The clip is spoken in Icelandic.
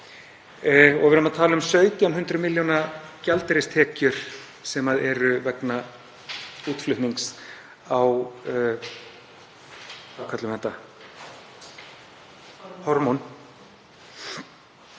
Og við erum að tala um 1.700 millj. kr. gjaldeyristekjur sem eru vegna útflutnings á hormónum,